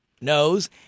knows